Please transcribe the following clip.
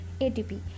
ATP